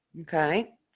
Okay